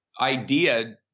idea